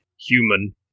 human